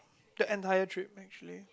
the entire trip actually